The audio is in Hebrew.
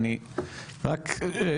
אני צריך לנהל ועדה.